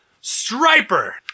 Striper